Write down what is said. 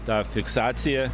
tą fiksaciją